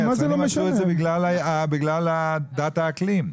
היצרנים עשו את זה בגלל דעת האקלים.